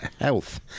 Health